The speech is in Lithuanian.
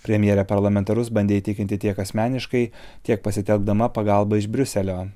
premjerė parlamentarus bandė įtikinti tiek asmeniškai tiek pasitelkdama pagalbą iš briuselio